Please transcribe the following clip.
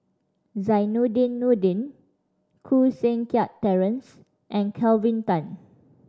Zainudin Nordin Koh Seng Kiat Terence and Kelvin Tan